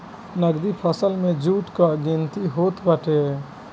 नगदी फसल में जुट कअ गिनती होत बाटे